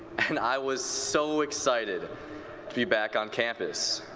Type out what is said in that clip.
and i was so excited to be back on campus.